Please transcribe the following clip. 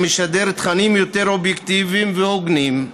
שמשדר תכנים יותר אובייקטיביים והוגנים.